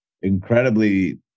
incredibly